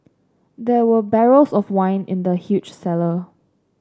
there were barrels of wine in the huge cellar